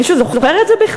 מישהו זוכר את זה בכלל?